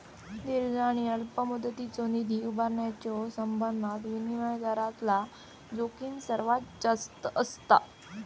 दीर्घ आणि अल्प मुदतीचो निधी उभारण्याच्यो संबंधात विनिमय दरातला जोखीम सर्वात जास्त असता